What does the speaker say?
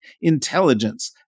intelligence